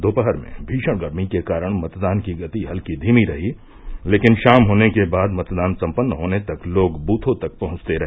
दोपहर में भीषण गर्मी के कारण मतदान की गति हल्की धीमी रही लेकिन शाम होने के बाद मतदान सम्पन्न होने तक लोग बुथों तक पहंचते रहे